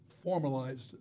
formalized